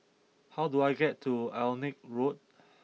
how do I get to Alnwick Road